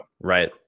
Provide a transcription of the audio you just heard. Right